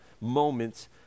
moments